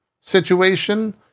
situation